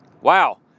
Wow